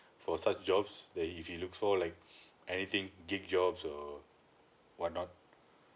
for such jobs that if he looks for like anything gig jobs or what not